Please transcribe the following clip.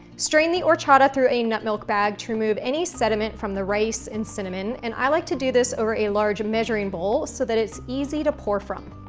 strain the horchata through a nut milk bag to remove any sediment from the rice and cinnamon, and i like to do this over a large measuring bowl so that it's easy to pour from.